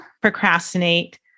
procrastinate